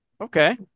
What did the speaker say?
okay